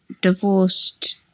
divorced